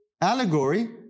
allegory